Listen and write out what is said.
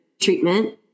treatment